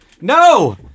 no